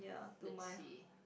let's see